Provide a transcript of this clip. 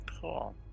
cool